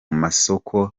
masoko